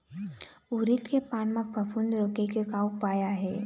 उरीद के पान म फफूंद रोके के का उपाय आहे?